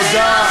תודה.